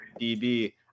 db